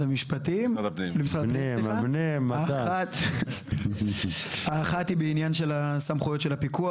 הפנים: האחת היא בעניין הסמכויות של הפיקוח.